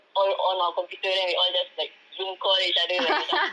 all on our computer then we all just like zoom call each other macam